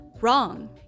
Wrong